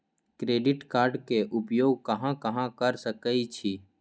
Credit card के उपयोग कहां कहां कर सकईछी?